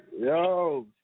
Yo